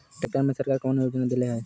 Tractor मे सरकार कवन योजना देले हैं?